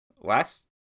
last